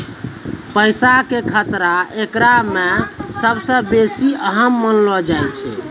पैसा के खतरा एकरा मे सभ से बेसी अहम मानलो जाय छै